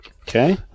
Okay